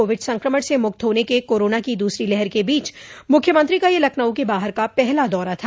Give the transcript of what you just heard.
Covid संक्रमण से मुक्त होने के कोरोना की दूसरी लहर के बीच मुख्यमंत्री का यह लखनऊ के बाहर का पहला दौरा था